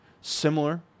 similar